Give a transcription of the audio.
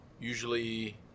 usually